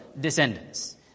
descendants